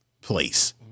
place